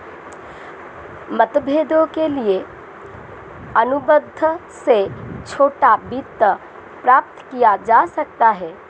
मतभेदों के लिए अनुबंध से छोटा वित्त प्राप्त किया जा सकता है